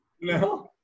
No